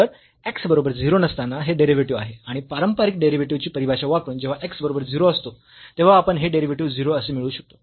तर x बरोबर 0 नसताना हे डेरिव्हेटिव्ह आहे आणि पारंपरिक डेरिव्हेटिव्ह ची परिभाषा वापरून जेव्हा x बरोबर 0 असतो तेव्हा आपण हे डेरिव्हेटिव्ह 0 असे मिळवू शकतो